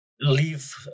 leave